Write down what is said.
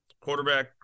Quarterback